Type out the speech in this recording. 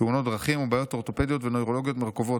תאונת דרכים ובעיות אורתופדיות ונוירולוגיות מורכבות.